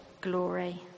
glory